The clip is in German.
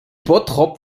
bottrop